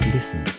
Listen